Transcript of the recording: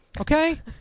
Okay